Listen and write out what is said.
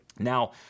Now